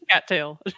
cattail